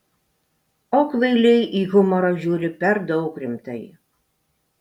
o kvailiai į humorą žiūri per daug rimtai